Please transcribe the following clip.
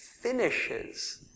finishes